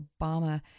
Obama